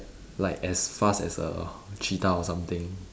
like as fast as a cheetah or something